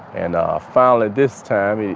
and finally, this time,